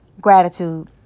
Gratitude